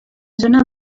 zona